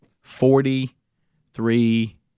Forty-three